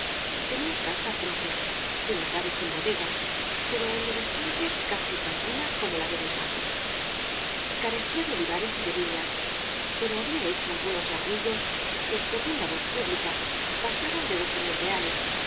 tenía casa pro pia sin lagar y sin bodega pero en lo restante casi tan buena como la de don paco carecía de oliva res y de viñas pero había hecho algunos ahorrillos que según la voz pública pasaban de rea les